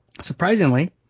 surprisingly